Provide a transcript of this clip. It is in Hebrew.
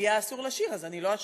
במליאה אסור לשיר אז אני לא אשיר,